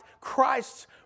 Christ's